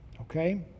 Okay